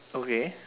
okay